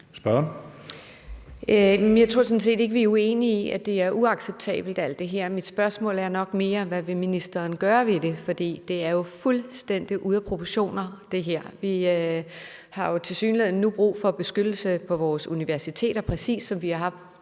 Jeg tror sådan set ikke, vi er uenige i, at alt det her er uacceptabelt. Mit spørgsmål er nok mere, hvad ministeren vil gøre ved det, for det her er jo fuldstændig ude af proportioner. Vi har tilsyneladende nu brug for beskyttelse på vores universiteter, præcis som vi har haft